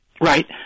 right